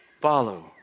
Follow